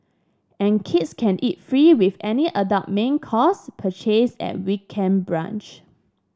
and kids can eat free with any adult main course purchase at weekend brunch